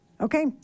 Okay